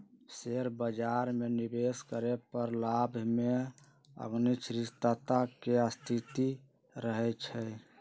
share बाजार में निवेश करे पर लाभ में अनिश्चितता के स्थिति रहइ छइ